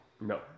no